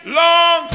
long